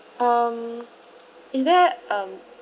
um is there um